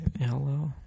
Hello